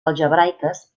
algebraiques